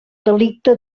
delicte